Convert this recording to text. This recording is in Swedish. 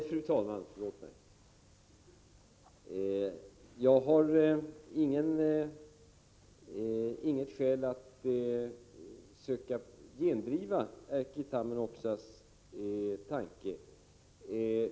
Fru talman! Jag har inget skäl att söka gendriva Erkki Tammenoksas tanke.